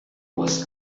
was